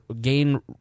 gain